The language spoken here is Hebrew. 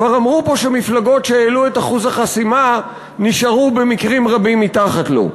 כבר אמרו פה שמפלגות שהעלו את אחוז החסימה נשארו במקרים רבים מתחת לו.